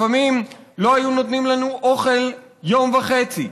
לפעמים לא היו נותנים לנו אוכל יום וחצי.